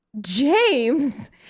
James